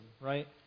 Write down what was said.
right